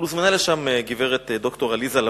אבל הוזמנה לשם גברת ד"ר עליזה לביא,